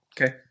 Okay